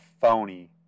phony